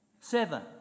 seven